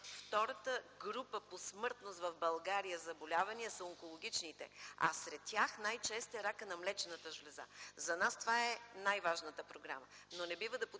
втората група по смъртни заболявания в България са онкологичните. А сред тях най-чест е ракът на млечната жлеза. За нас това е най-важната програма.